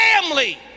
family